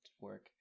work